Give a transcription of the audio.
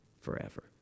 forever